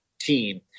team